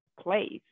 place